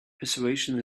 persuasion